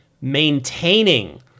maintaining